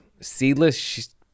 seedless